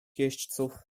jeźdźców